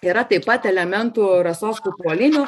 yra taip pat elementų rasos kupolinių